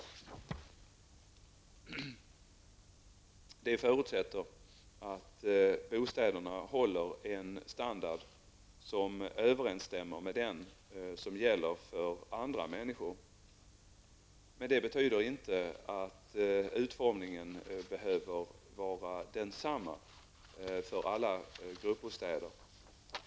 Det förutsätter att bostäderna håller en standard som överensstämmer med den som gäller för andra människor. Men det betyder inte att utformningen behöver vara densamma för alla gruppbostäder.